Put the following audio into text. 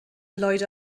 lloyd